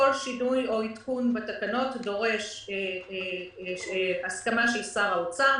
כל שינוי או עדכון בתקנות דורש הסכמה של שר האוצר,